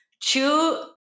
two